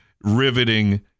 riveting